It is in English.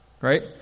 right